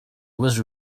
was